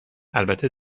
البته